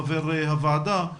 חבר הוועדה,